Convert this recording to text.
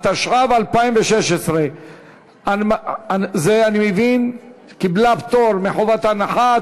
התשע"ו 2016. אני מבין שהיא קיבלה פטור מחובת הנחה.